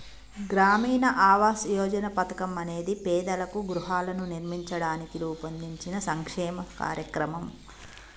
గ్రామీణ ఆవాస్ యోజన పథకం అనేది పేదలకు గృహాలను నిర్మించడానికి రూపొందించిన సంక్షేమ కార్యక్రమం